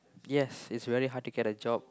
yes it's very hard to get a job